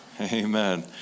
Amen